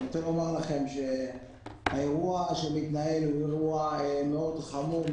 האירוע שמתנהל הוא אירוע חמור מאוד מבחינתנו,